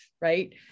right